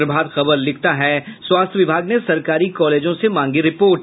प्रभात खबर लिखता है स्वास्थ्य विभाग ने सरकारी कॉलेजों से मांगी रिपोर्ट